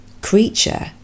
creature